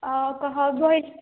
బో